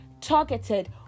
targeted